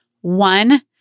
One